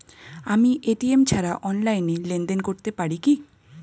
আমি এ.টি.এম ছাড়া অনলাইনে লেনদেন করতে পারি কি?